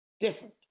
different